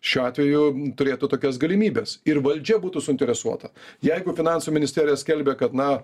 šiuo atveju turėtų tokias galimybes ir valdžia būtų suinteresuota jeigu finansų ministerija skelbia kad na